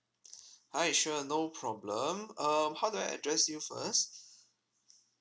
hi sure no problem um how do I address you first